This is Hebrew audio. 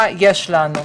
מה יש לנו?